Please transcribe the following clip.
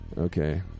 Okay